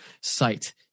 Sight